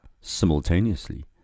simultaneously